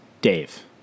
Dave